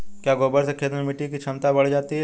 क्या गोबर से खेत में मिटी की क्षमता बढ़ जाती है?